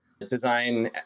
design